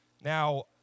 Now